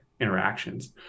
interactions